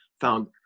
found